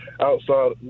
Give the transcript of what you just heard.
outside